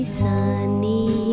sunny